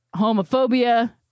homophobia